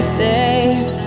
safe